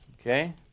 okay